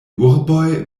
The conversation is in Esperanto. urboj